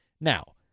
Now